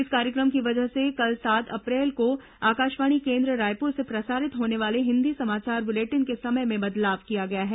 इस कार्यक्रम की वजह से कल सात अप्रैल को आकाशवाणी केन्द्र रायपुर से प्रसारित होने वाले हिन्दी समाचार बुलेटिन के समय में बदलाव किया गया है